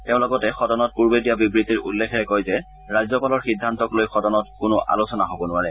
তেওঁ লগতে সদনত পূৰ্বে দিয়া বিবৃতিৰ উল্লেখেৰে কয় যে ৰাজ্যপালৰ সিদ্ধান্তক লৈ সদনত কোনো আলোচনা হব নোৱাৰে